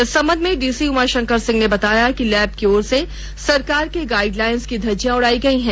इस संबंध में डीसी उमाशंकर सिंह ने बताया कि लैब की और से सरकार के गाइडलाइंस की धज्जियां उड़ाई गई हैं